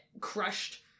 crushed